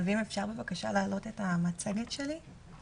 אם אפשר להעלות את המצגת שלי.